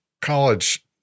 college